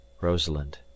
Rosalind